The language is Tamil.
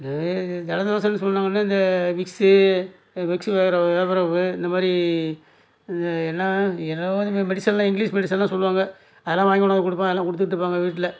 இதே இது ஜலதோஷம் சொன்னங்காட்டி இந்த விக்ஸு விக்ஸு வேகற வேப்பரப்பு இந்தமாதிரி என்னா என்னவோ இதுமாதிரி மெடிசன்லாம் இங்கிலீஸ் மெடிசன்லாம் சொல்லுவாங்க அதெல்லாம் வாங்கி கொண்டாந்து கொடுப்பேன் அதெல்லாம் கொடுத்துட்ருப்பாங்க வீட்டில்